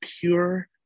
pure